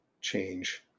change